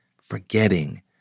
forgetting